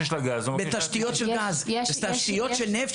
מה שיש לגז הוא רוצה --- בתשתיות של גז ובתשתיות של נפט,